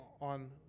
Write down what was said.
on